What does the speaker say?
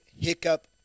hiccup